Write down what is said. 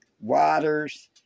waters